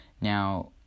Now